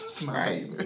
Right